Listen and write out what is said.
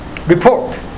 report